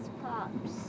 pops